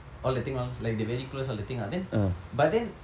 all that thing all like they very close all that thing lah then but then